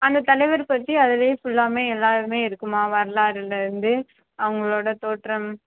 அந்த தலைவர் பற்றி அதிலேயே ஃபுல்லாவுமே எல்லா இதுவுமே இருக்குமா வரலாறுலேருந்து அவங்களோட தோற்றம்